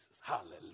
Hallelujah